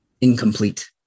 incomplete